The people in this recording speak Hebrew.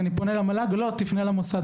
פניתי למל"ג, אמרו לי: לא, תפנה למוסד.